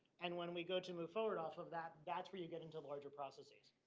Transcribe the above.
and when we go to move forward off of that, that's where you get into larger processes.